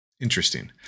interesting